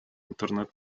интернет